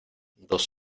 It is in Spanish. dos